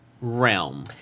realm